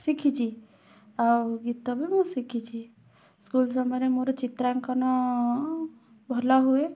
ଶିଖିଛି ଆଉ ଗୀତବି ମୁଁ ଶିଖିଛି ସ୍କୁଲ୍ ସମୟରେ ମୋର ଚିତ୍ରାଙ୍କନ ଭଲ ହୁଏ